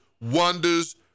wonders